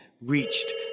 reached